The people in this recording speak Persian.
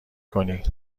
کنی